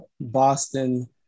Boston